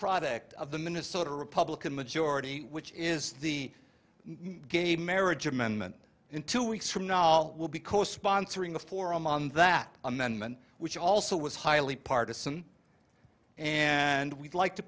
project of the minnesota republican majority which is the gay marriage amendment in two weeks from now it will be co sponsoring the forum on that amendment which also was highly partisan and we'd like to